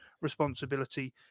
responsibility